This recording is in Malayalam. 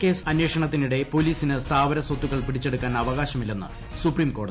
ക്രിമനൽ കേസ് അന്വേഷണത്തിനിടെ പൊലീസിന് സ്ഥാവര സ്വത്തുക്ക്ൾ പിടിച്ചെടുക്കാൻ അവകാശമില്ലെന്ന് സുപ്രീംകോടതി